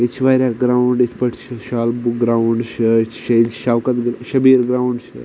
بیٚیہِ چھِ واریاہ گراونڈ یتھ پٲٹھۍ چھِ شال بُگ گراونڈ شہُ شید شوکت شبیل گراونڈ چھُ